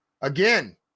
Again